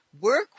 work